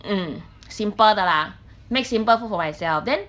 mm simple 的 lah make simple food for myself then